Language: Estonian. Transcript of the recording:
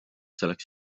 tuleks